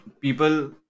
people